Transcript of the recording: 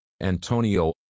Antonio